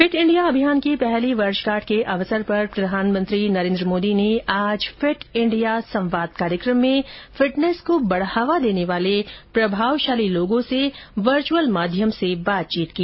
fit India अभियान की पहली वर्षगांठ के अवसर पर प्रधानमंत्री नरेन्द्र मोदी ने आज फिट इंडिया संवाद कार्यक्रम में फिटनेस को बढ़ावा देने वाले प्रभावशाली लोगों से बातचीत की